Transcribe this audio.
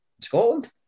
Scotland